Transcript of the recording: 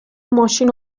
ماشین